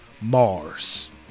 Mars